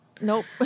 nope